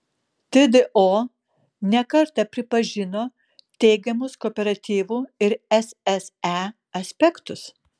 tdo ne kartą pripažino teigiamus kooperatyvų ir sse aspektus